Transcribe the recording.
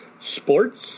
sports